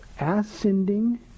ascending